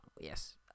yes